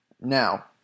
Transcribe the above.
Now